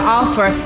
offer